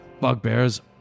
bugbears